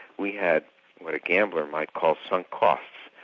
we had what a gambler might call sunk costs.